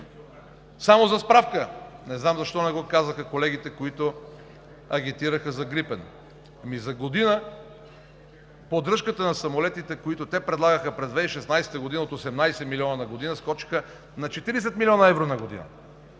Само за справка – не знам защо не го казаха колегите, които агитираха за „Грипен“. За година поддръжката на самолетите, които те предлагаха през 2016 г. от 18 милиона евро на година, скочиха на 40 милиона евро на година.